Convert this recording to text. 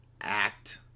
act